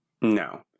No